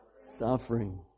Suffering